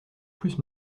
plus